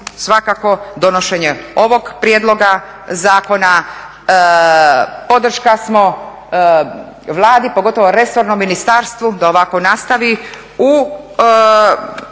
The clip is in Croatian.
svakako donošenje ovog prijedloga zakona. Podrška smo Vladi, pogotovo resornom ministarstvu da ovako nastavi u